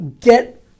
Get